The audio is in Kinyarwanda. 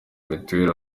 mitiweri